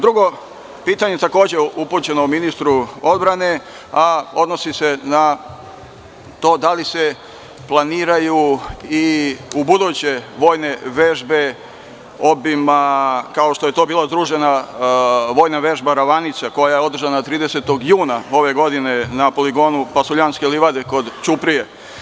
Drugo pitanje je takođe upućeno ministru odbrane, a odnosi se na to da li se planiraju u buduće vojne vežbe obima kao što je to bila združena vojna vežba „Ravanica“, koja je održana 30. juna ove godine na poligonu Pasuljanske livade kod Ćuprije.